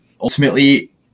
Ultimately